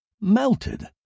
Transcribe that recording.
Melted